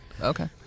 Okay